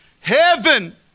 Heaven